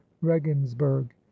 regensburg